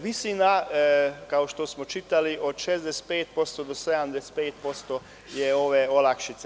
Visina, kao što smo čitali, od 65% do 75% je ove olakšice.